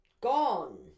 Gone